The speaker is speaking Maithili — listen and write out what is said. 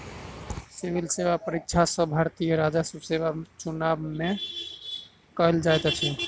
सिविल सेवा परीक्षा सॅ भारतीय राजस्व सेवा में चुनाव कयल जाइत अछि